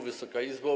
Wysoka Izbo!